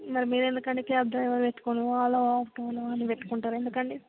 మరి మీరు ఎందుకండి క్యాబ్ డ్రైవర్ పెట్టుకును పెట్టుకుంటారు ఎందుకండీ